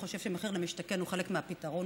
חושב שמחיר למשתכן הוא חלק מהפתרון,